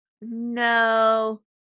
No